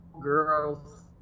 girls